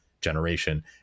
generation